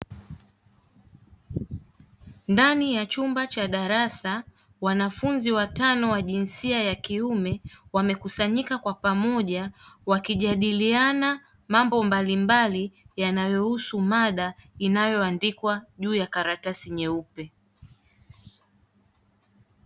Ndani ya chumba cha darasa wanafunzi watano wa jinsia ya kiume wamekusanyika kwa pamoja wakijadiliana mambo mbalimbali yanayohusu mada inayoandikwa juu ya karatasi nyeupe.